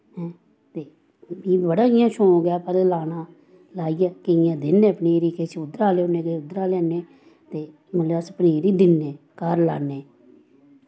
हैं ते इयां बड़ा इयां शौंक ऐ लाना लाईयै केंईयैं दिन्ने पनीरी किश उध्दरा लेऔने किश उध्दरा लेऔने ते मतलव अस पनीरी दिन्ने घर लान्ने